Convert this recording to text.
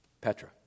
Petra